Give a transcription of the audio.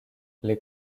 les